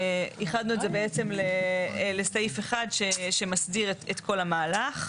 איחדנו את זה לסעיף אחד, שמסדיר את כל המהלך.